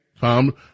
Tom